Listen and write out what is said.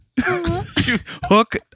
Hook